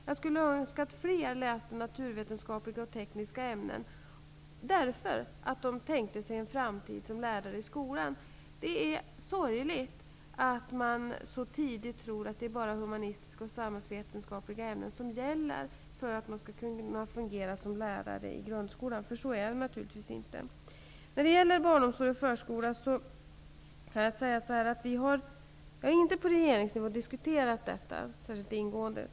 Jag skulle önska att fler elever läste naturvetenskapliga och tekniska ämnen, därför att de tänker sig en framtid som lärare i skolan. Det är sorgligt att man så tidigt tror att det bara är humanistiska och samhällsvetenskapliga ämnen som gäller för att kunna fungera som lärare i grundskolan -- så är det naturligtvis inte. Vi har inte på regeringsnivå diskuterat barnomsorg och förskola särskilt ingående.